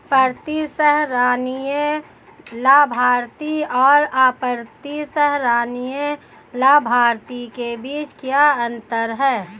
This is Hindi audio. प्रतिसंहरणीय लाभार्थी और अप्रतिसंहरणीय लाभार्थी के बीच क्या अंतर है?